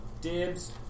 dibs